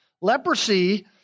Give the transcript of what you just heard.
Leprosy